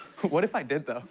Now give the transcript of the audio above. what if i did,